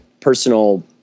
personal